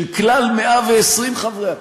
של כלל 120 חברי הכנסת.